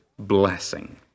Blessing